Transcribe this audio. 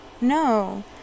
No